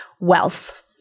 wealth